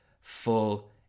full